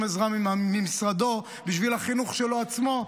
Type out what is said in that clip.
עזרה ממשרדו בשביל החינוך שלו עצמו,